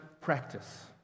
practice